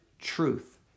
truth